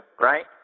right